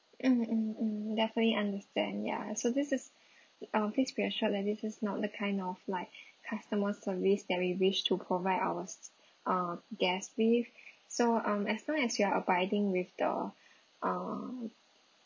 mm mm mm definitely understand ya so this is uh please be assured that this is not the kind of like customer service that we wish to provide our s~ uh guests with so um as long as you are abiding with the uh